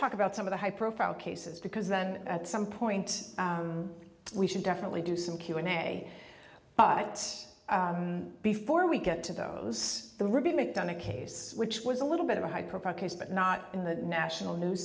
talk about some of the high profile cases because then at some point we should definitely do some q and a but before we get to those the ruby mcdonough case which was a little bit of a high profile case but not in the national news